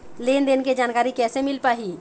लेन देन के जानकारी कैसे मिल पाही?